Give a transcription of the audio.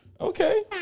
Okay